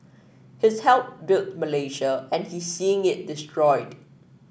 he's helped built Malaysia and he's seeing it destroyed